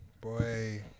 boy